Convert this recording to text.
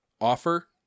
offer